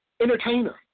entertainer